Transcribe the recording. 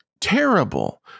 terrible